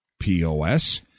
POS